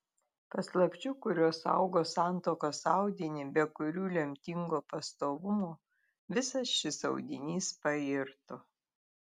paslapčių kurios saugo santuokos audinį be kurių lemtingo pastovumo visas šis audinys pairtų